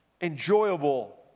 enjoyable